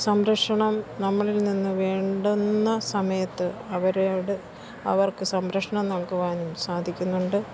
സംരക്ഷണം നമ്മളിൽ നിന്ന് വേണ്ടുന്ന സമയത്ത് അവരോട് അവർക്ക് സംരക്ഷണം നൽകുവാനും സാധിക്കുന്നുണ്ട്